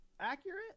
Accurate